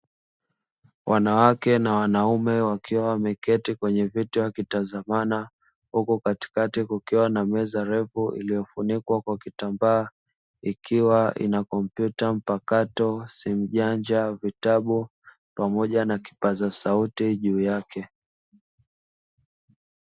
Wanawake na wanaume wakiwa wameketi kwenye viti wakitazamana, huku katikati kukiwa na meza ndefu iliyofunikwa kwa kitambaa. Ikiwa ina kompyuta mpakato, simu janja, vitabu pamoja na kipaza sauti juu yake.